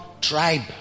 tribe